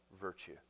virtue